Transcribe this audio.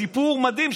סיפור מדהים,